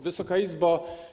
Wysoka Izbo!